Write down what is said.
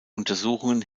untersuchungen